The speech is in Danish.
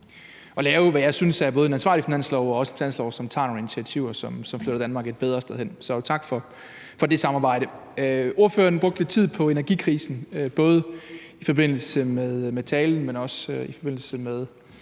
at lave, hvad jeg synes er både en ansvarlig finanslov og også en finanslov, som tager nogle initiativer, som flytter Danmark et bedre sted hen. Så tak for det samarbejde. Ordføreren brugte tid på energikrisen både i forbindelse med talen, men også i forbindelse med